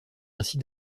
ainsi